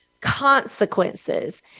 consequences